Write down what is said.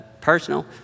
personal